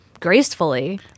Gracefully